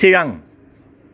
Chirang